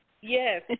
Yes